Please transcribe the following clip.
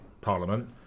parliament